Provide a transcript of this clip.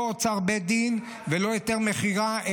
לא אוצר בית דין ולא היתר מכירה,